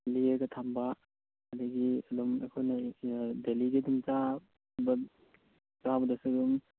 ꯂꯤꯔꯒ ꯊꯝꯕ ꯑꯗꯒꯤ ꯑꯗꯨꯝ ꯑꯩꯈꯣꯏꯅ ꯗꯦꯜꯂꯤꯒꯤ ꯑꯗꯨꯝ ꯆꯥꯕꯗꯁꯨ ꯑꯗꯨꯝ